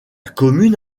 commune